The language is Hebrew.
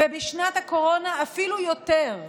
ובשנת הקורונה אפילו יותר,